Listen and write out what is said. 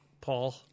Paul